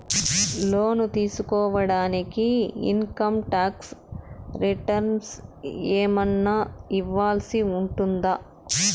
లోను తీసుకోడానికి income tax returns ఏమన్నా ఇవ్వాల్సి ఉంటుందా